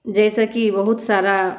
जाहिसँ कि बहुत सारा